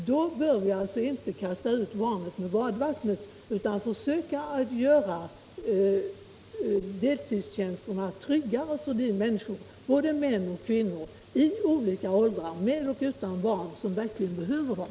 Då bör vi inte kasta ut barnet med badvattnet utan försöka göra deltidstjänsterna tryggare för de män och kvinnor i olika åldrar, med och utan barn, som verkligen behöver dem.